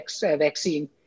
vaccine